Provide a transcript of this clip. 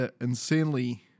insanely